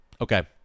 Okay